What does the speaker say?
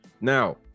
Now